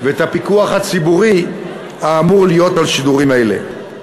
ואת הפיקוח הציבורי האמור להיות על שידורים אלה.